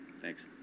Thanks